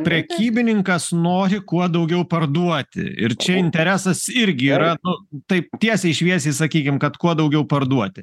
prekybininkas nori kuo daugiau parduoti ir čia interesas irgi yra nu taip tiesiai šviesiai sakykim kad kuo daugiau parduoti